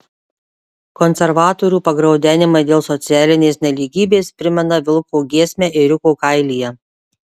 konservatorių pagraudenimai dėl socialinės nelygybės primena vilko giesmę ėriuko kailyje